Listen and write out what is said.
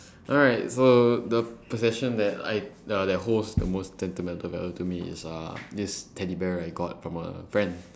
alright so the possession that I ya that holds the most sentimental value to me is uh this teddy bear that I got from a friend